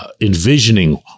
envisioning